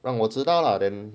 让我知道了 then